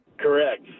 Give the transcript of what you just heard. Correct